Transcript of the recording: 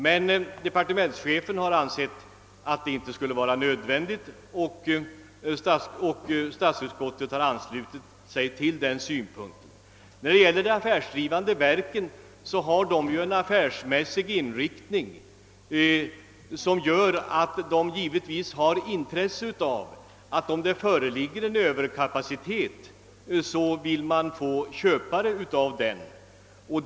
Detta har departementschefen emellertid inte ansett nödvändigt och utskottet har anslutit sig till departementschefens uppfattning. De affärsdrivande verken har ju en affärsmässig inriktning, och om det finns en överkapacitet har verken givetvis intresse av att skaffa köpare av maskintid.